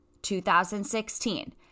2016